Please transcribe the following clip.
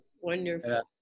Wonderful